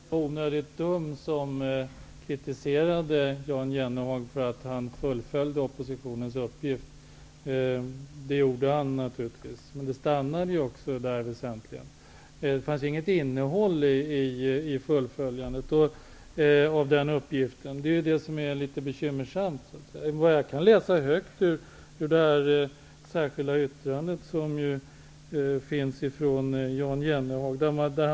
Herr talman! Jag tror att jag var onödigt dum som kritiserade Jan Jennehag för att han fullföljde oppositionens uppgift. Det gjorde han naturligtvis, men det stannade ju också väsentligen vid det. Det fanns inget innehåll i fullföljandet av den uppgiften. Det är det som är litet bekymmersamt. Jag kan läsa högt ur den meningsyttring som Jan Jennehag har fogat till betänkandet.